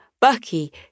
Bucky